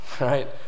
right